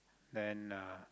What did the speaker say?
then uh